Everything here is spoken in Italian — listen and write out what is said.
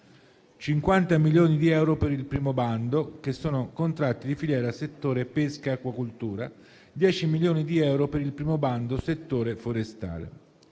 50 milioni di euro per il primo bando (contratti di filiera settore pesca e acquacoltura), 10 milioni di euro per il primo bando (settore forestale).